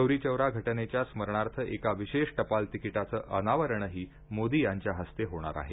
चौरी चौरा घटनेच्या स्मरणार्थ एका विशेष टपाल तिकीटाचं अनावरणही मोदी यांच्या हस्ते होणार आहे